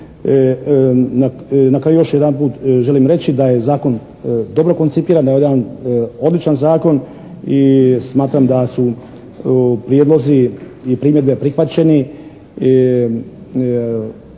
Na kraju još jedanput želim reći da je zakon dobro koncipiran, da je ovo jedan odličan zakon i smatram da su prijedlozi i primjedbe prihvaćeni,